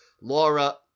Laura